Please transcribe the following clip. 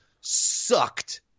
sucked